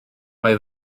mae